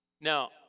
Now